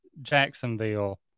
Jacksonville